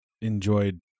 enjoyed